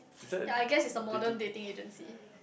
ya I guess is a modern dating agency